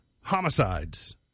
homicides